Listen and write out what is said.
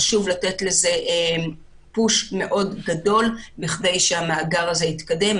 חשוב לתת לזה פוש מאוד גדול כדי שהמאגר הזה יתקדם.